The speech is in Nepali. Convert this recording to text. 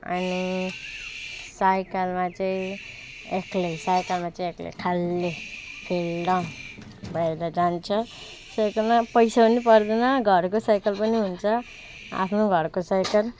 अनि साइकलमा चाहिँ एक्लै साइकलमा चाहिँ एक्लै खालि हिल डाउन भएर जान्छ साइकलमा पैसा पनि पर्दैन घरको साइकल पनि हुन्छ आफ्नो घरको साइकल